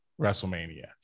WrestleMania